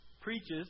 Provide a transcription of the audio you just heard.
preaches